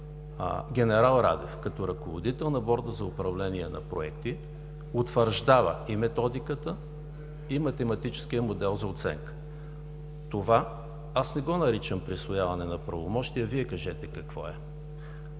генерал Радев като ръководител на Борда за управление на проекти утвърждава и Методиката, и Математическия модел за оценка. Това аз не го наричам „присвояване на правомощия”. Вие кажете какво е?